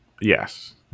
Yes